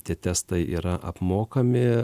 tie testai yra apmokami